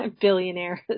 billionaires